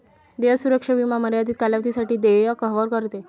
देय सुरक्षा विमा मर्यादित कालावधीसाठी देय कव्हर करते